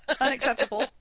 Unacceptable